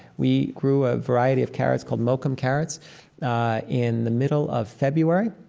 we grew a variety of carrots called mokum carrots in the middle of february.